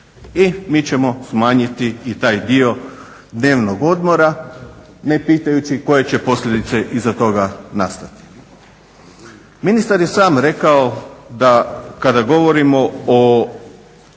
I mi ćemo smanjiti i taj dio dnevnog odmora ne pitajući koje će posljedice iza toga nastati. Ministar je sam rekao da kada govorimo o